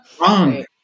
Wrong